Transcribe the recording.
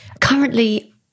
Currently